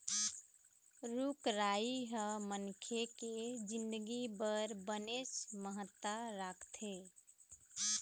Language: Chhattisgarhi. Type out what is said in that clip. रूख राई ह मनखे के जिनगी बर बनेच महत्ता राखथे